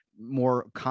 more